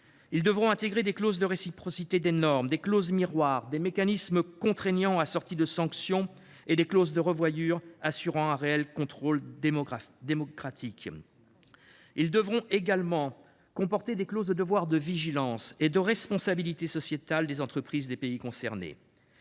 Ils devront intégrer des clauses de réciprocité des normes, des clauses miroirs, des mécanismes contraignants assortis de sanctions et des clauses de revoyure assurant un réel contrôle démocratique. Ils devront également comporter des clauses de devoir de vigilance et de responsabilité sociétale des entreprises des pays concernés.